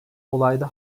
olayda